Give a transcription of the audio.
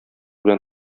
белән